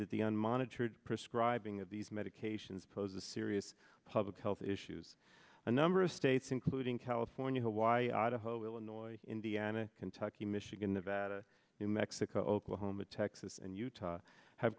that the unmonitored prescribing of these medications pose a serious public health issues a number of states including california hawaii idaho illinois indiana kentucky michigan nevada new mexico oklahoma texas and utah have